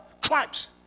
tribes